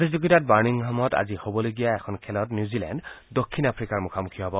প্ৰতিযোগিতাত আজি বাৰ্মিংহামত বিয়লি হ'বলগীয়া এখন খেলত নিউজীলেণ্ড দক্ষিণ আফ্ৰিকাৰ মুখামুখি হ'ব